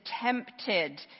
tempted